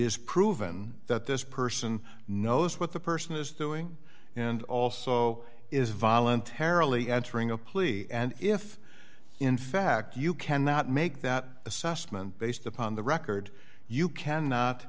is proven that this person knows what the person is doing and also is voluntarily entering a plea and if in fact you cannot make that assessment based upon the record you cannot